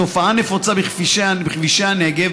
התופעה נפוצה בכבישי הנגב,